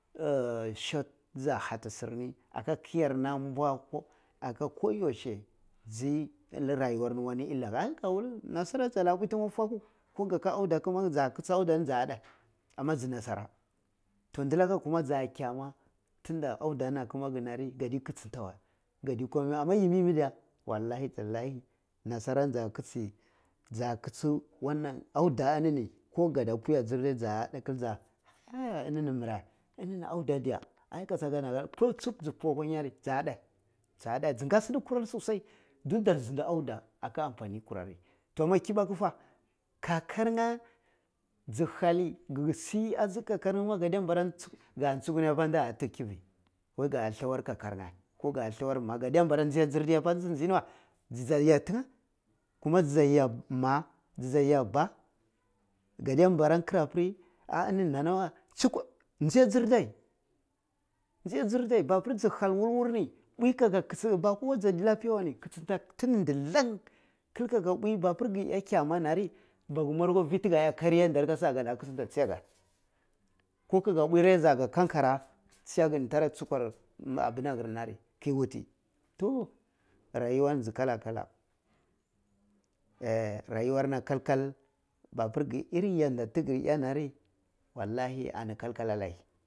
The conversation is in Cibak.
shot ti ja hatti sir ni aka kiyar ni anbua ko aka ko yaushe jiyi rayuwar ni wani illah, hyan ka undla nasara ja lika buyi ti nya akwa gwaku koh k aka auda ja kichi auda ni ah de amma ji nasara toh ndilaka kuma ja kyama tun fa auda ni kima gin a rig a di kichinta we ka di kumai weh amma yimi yimi diya wallahi tallahi nasara ni ja kichie ja kichi wannan auda ni ko kada puyi ajida ja nde gil ja hiya innini mireh ini ni auda diya jap u akwa nyari kil ja de, ja de ji nga sidakur ah ri sosai dun dar zadi auda aka anbarni kur ah ri toh amma kibaku fah kakar nye is halli, ngi gi si agi kakar ye ma ka de ta nbara tsukuni, ka tsukuni apa da fig kivi wai ga thbawar kakar nye ko ga thlawar ma ka de ta nbara nji apa ti ji njii ni wey ji jay a tin ye kuma ji jay a ma, kuma ji ja ye ba kada nbera gire apir ab ini nanawe njiya ji dai ngiyu ji dai mapur ji hal wur wur ni puyi kaga kichi ba kuma ji lapiya wey puyi aga kichinta tini ndilang kil agi puyi mapur gi iya kiyama na rib a gi mwari akwa fi ti ga iya garya in da ri kasha lika kichinta chiya ga koh aga puyi raser aga kankara chiyaga ni tara jukuwa abinan ahri ke unti toh rayuwa ni ji kala kala a rayuwar na kal kal ba biri gi in yanda ti gir iya na ri wallahi ani kal kal allai.